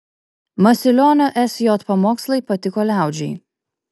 masilionio sj pamokslai patiko liaudžiai